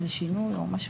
איזה שינוי או משהו.